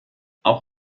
auch